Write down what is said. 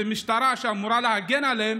והמשטרה אמורה להגן עליהם,